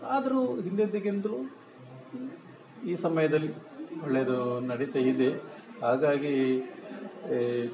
ಆದರೂ ಹಿಂದಿನದಕ್ಕಿಂತ್ಲೂ ಈ ಸಮಯದಲ್ಲಿ ಒಳ್ಳೆಯದೂ ನಡಿತಾ ಇದೆ ಹಾಗಾಗಿ